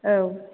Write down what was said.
औ